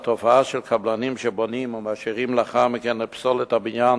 התופעה של קבלנים שבונים ומשאירים לאחר מכן את פסולת הבניין